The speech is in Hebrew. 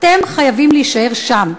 אתם חייבים להישאר שם.